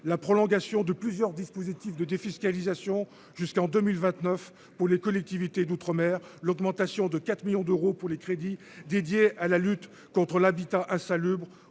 la prolongation de plusieurs dispositifs de défiscalisation jusqu'en 2029 pour les collectivités d'outre-mer l'augmentation de 4 millions d'euros pour les crédits dédiés à la lutte contre l'habitat insalubre